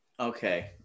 Okay